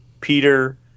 Peter